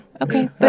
Okay